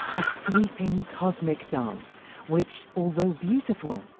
a sweeping cosmic dance which, although beautiful,